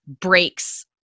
breaks